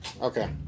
Okay